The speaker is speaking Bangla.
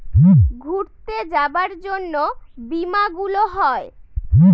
ঘুরতে যাবার জন্য বীমা গুলো হয়